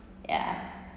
ya